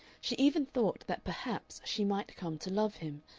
she even thought that perhaps she might come to love him,